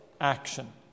action